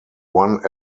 one